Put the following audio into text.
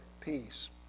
peace